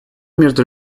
между